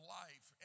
life